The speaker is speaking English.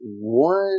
one